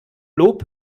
lob